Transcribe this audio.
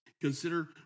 Consider